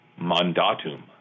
mandatum